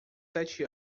sete